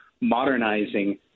modernizing